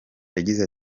yagize